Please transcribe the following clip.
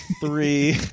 three